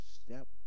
step